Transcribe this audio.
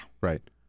Right